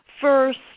First